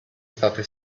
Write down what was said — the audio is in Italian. state